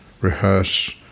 rehearse